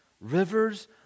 Rivers